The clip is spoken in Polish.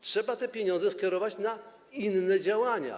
Trzeba te pieniądze skierować na inne działania.